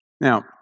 Now